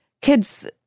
Kids